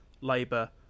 Labour